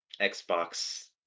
Xbox